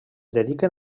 dediquen